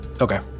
okay